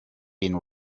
been